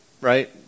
right